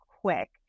quick